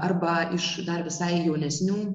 arba iš dar visai jaunesnių